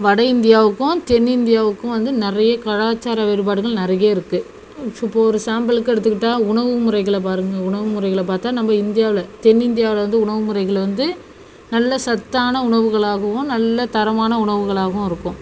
வட இந்தியாவுக்கும் தென் இந்தியாவுக்கும் வந்து நிறைய கலாச்சார வேறுபாடுகள் நிறைய இருக்கு இப்போ ஒரு சாம்பிலுக்கு எடுத்துக்கிட்டால் உணவு முறைகளை பாருங்க உணவு முறைகளை பார்த்தா நம்ம இந்தியாவில் தென் இந்தியாவில் வந்து உணவு முறைகள் வந்து நல்ல சத்தான உணவுகளாகவும் நல்ல தரமான உணவுகளாகவும் இருக்கும்